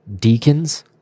deacons